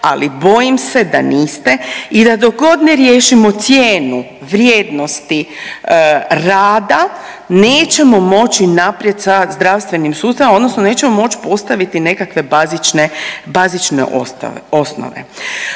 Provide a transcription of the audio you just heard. ali bojim se da niste i dok god ne riješimo cijenu vrijednosti rada nećemo moći naprijed sa zdravstvenim sustavom odnosno nećemo moći postaviti nekakve bazične,